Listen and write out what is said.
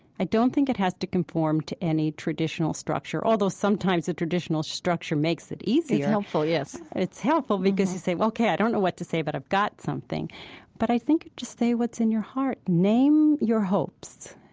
i don't think it has to conform to any traditional structure, although sometimes a traditional structure makes it easier helpful, yes and it's helpful, because you say, ok, i don't know what to say, but i've got something but i think you just say what's in your heart. name your hopes,